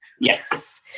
Yes